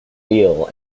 deal